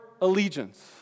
allegiance